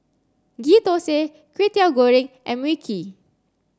Ghee Thosai Kwetiau Goreng and Mui Kee